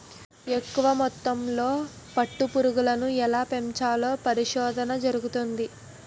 ఎక్కువ మొత్తంలో పట్టు పురుగులను ఎలా పెంచాలో పరిశోధన జరుగుతంది